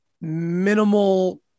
minimal